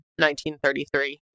1933